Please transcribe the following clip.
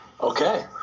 Okay